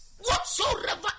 Whatsoever